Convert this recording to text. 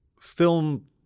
film